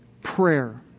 prayer